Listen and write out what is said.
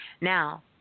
Now